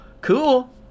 cool